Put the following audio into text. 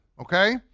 okay